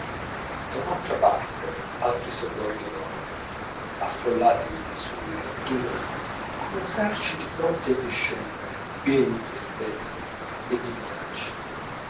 da un'altra parte altri sobborghi enormi affollati sulle alture come eserciti pronti a discendere pieni di tristezze e di minaccie